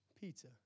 Pizza